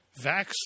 Vax